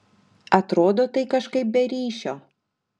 atrodo tai kažkaip be ryšio